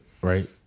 right